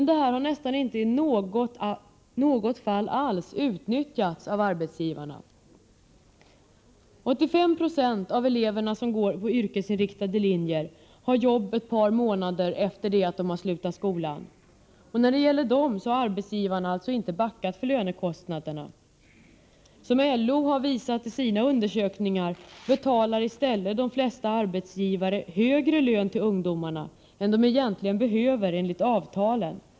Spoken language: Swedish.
Det har nästan inte utnyttjats i något fall av arbetsgivarna. 85 90 av elever som gått på yrkesinriktade linjer har jobb ett par månader efter det att de slutat skolan. När det gäller dem har arbetsgivarna alltså inte backat för lönekostnaderna. Som LO har visat i sina undersökningar betalar de flesta arbetsgivare tvärtom högre lön till ungdomarna än de egentligen behöver göra enligt avtalen.